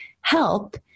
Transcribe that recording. help